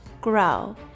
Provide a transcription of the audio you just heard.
grow